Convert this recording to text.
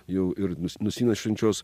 jau ir nusinešančios